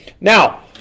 Now